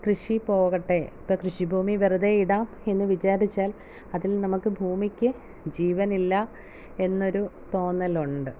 കൃഷി പോകട്ടെ ഇപ്പം കൃഷി ഭൂമി വെറുതെയിടാം എന്നു വിചാരിച്ചാൽ അതിൽ നമുക്ക് ഭൂമിക്ക് ജീവനില്ല എന്നൊരു തോന്നലുണ്ട്